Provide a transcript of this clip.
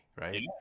Right